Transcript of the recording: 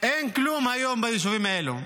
אין כלום היום ביישובים האלו.